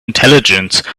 intelligence